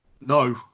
No